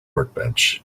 workbench